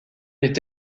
est